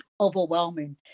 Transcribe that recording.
overwhelming